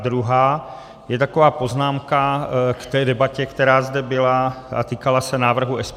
Druhá je taková poznámka k té debatě, která zde byla a týkala se návrhu SPD.